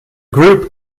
group